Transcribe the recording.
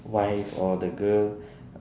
wife or the girl